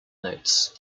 notes